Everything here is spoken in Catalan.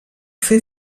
fer